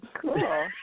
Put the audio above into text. cool